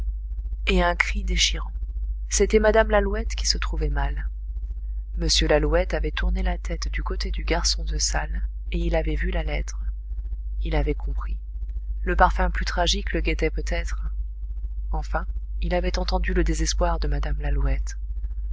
et un cri déchirant c'était mme lalouette qui se trouvait mal m lalouette avait tourné la tête du côté du garçon de salle et il avait vu la lettre il avait compris le parfum plus tragique le guettait peut-être enfin il avait entendu le désespoir de mme lalouette